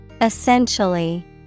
essentially